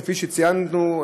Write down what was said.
כפי שציינו,